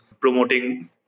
promoting